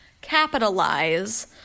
capitalize